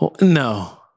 No